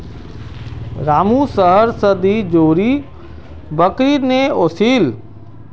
रामू शहर स दी जोड़ी बकरी ने ओसील